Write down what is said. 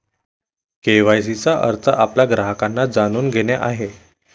KYC चा अर्थ आपल्या ग्राहकांना जाणून घेणे आहे